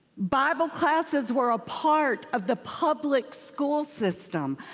bible classes were a part of the public school system.